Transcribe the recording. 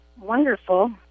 wonderful